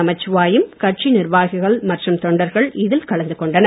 நமச்சிவாயம் கட்சி நிர்வாகிகள் மற்றும் தொண்டர்கள் இதில் கலந்து கொண்டனர்